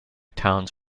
towns